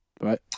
Right